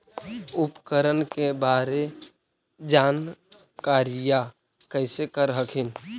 उपकरण के बारे जानकारीया कैसे कर हखिन?